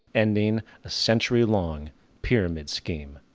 ending a century long pyramid scheme.